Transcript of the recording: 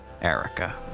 Erica